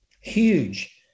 huge